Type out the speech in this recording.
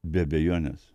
be abejonės